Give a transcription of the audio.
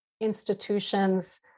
institutions